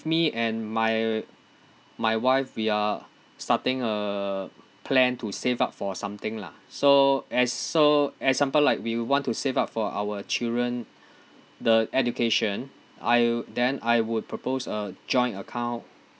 me and my my wife we are starting a plan to save up for something lah so as so example like we want to save up for our children the education I then I would propose a joint account